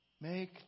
Make